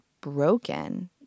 broken